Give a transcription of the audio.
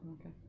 Okay